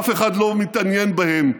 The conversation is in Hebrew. אף אחד לא מתעניין בהם.